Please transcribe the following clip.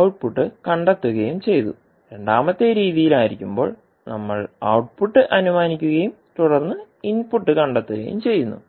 output കണ്ടെത്തുകയും ചെയ്തു രണ്ടാമത്തെ രീതിയിലായിരിക്കുമ്പോൾ നമ്മൾ ഔട്ട്പുട്ട് അനുമാനിക്കുകയും തുടർന്ന് ഇൻപുട്ട് കണ്ടെത്തുകയും ചെയ്യുന്നു